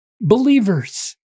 believers